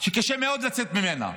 שקשה מאוד לצאת ממנה,